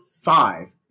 five